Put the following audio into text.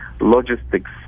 logistics